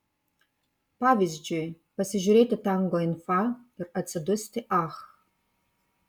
pavyzdžiui pasižiūrėti tango in fa ir atsidusti ach